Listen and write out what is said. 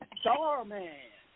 Starman